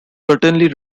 certainly